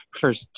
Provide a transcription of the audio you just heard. first